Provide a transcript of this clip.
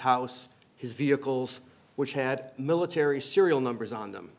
house his vehicles which had military serial numbers on them